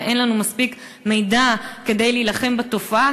ואין לנו מספיק מידע כדי להילחם בתופעה,